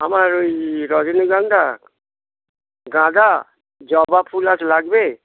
আমার ওই রজনীগন্ধা গাঁদা জবা ফুল আজ লাগবে